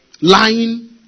lying